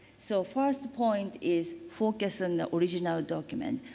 so, first point is focus on the original document.